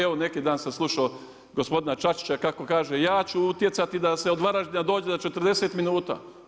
Evo neki dan sam slušao gospodina Čačića kako kaže, ja ću utjecati da se do Varaždina dođe za 40 minuta.